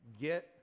Get